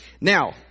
Now